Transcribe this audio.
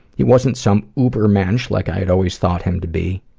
he wasn't some uber-mench like i had always thought him to be.